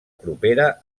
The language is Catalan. propera